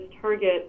target